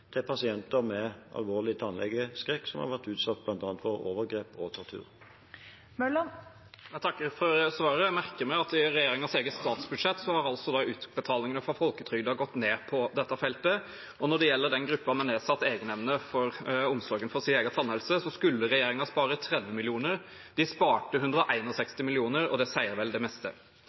til pasienter med alvorlig tannlegeskrekk som har vært utsatt for bl.a. overgrep og tortur. Jeg takker for svaret. Jeg merker meg at i regjeringens eget statsbudsjett har utbetalingene fra folketrygden gått ned på dette feltet. Når det gjelder gruppen med nedsatt evne til egenomsorg for sin egen tannhelse, skulle regjeringen spare 30 mill. kr. De sparte 161 mill. kr, og det sier vel det meste.